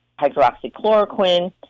hydroxychloroquine